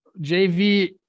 JV –